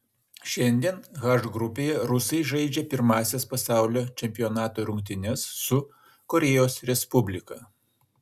šiandien h grupėje rusai žaidžia pirmąsias pasaulio čempionato rungtynes su korėjos respublika